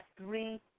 three